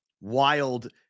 wild